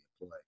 play